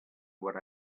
what